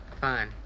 fine